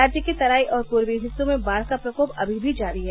राज्य के तराई और पूर्वी हिस्सों में बाढ़ का प्रकोप अमी भी जारी है